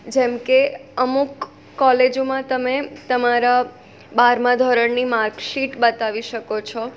જેમ કે અમુક કોલેજોમાં તમે તમારા બારમા ધોરણની માર્કશીટ બતાવી શકો છો